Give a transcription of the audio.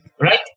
right